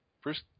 first